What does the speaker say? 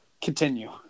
Continue